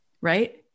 right